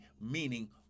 meaning